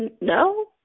no